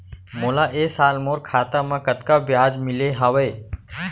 मोला ए साल मोर खाता म कतका ब्याज मिले हवये?